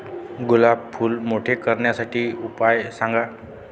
गुलाब फूल मोठे करण्यासाठी उपाय सांगा?